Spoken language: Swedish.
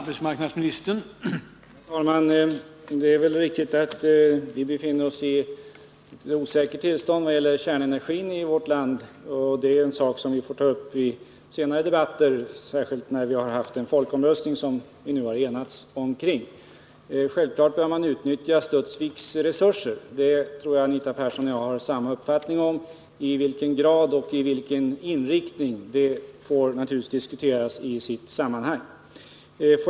Herr talman! Det är väl riktigt att vi befinner oss i ett osäkert tillstånd när det gäller kärnenergin i vårt land, men den saken får vi ta upp i senare debatter, särskilt när vi haft den folkomröstning som vi nu har enats omkring. Självfallet bör man utnyttja Studsviks resurser, det tror jag att Anita Persson och jag har samma uppfattning om. I vilken grad och med vilken inriktning det skall ske får naturligtvis diskuteras i sitt sammanhang.